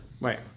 Right